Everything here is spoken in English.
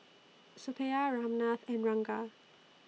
Suppiah Ramnath and Ranga